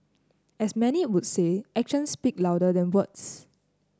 as many would say actions speak louder than words